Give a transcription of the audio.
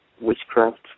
Witchcraft